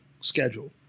schedule